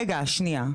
רגע, שנייה.